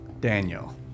Daniel